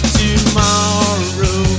tomorrow